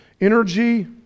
energy